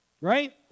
right